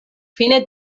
fine